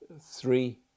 Three